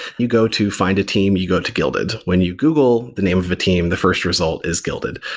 you go to find a team, you go to guilded. when you google the name of a team, the first result is guilded.